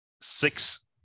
six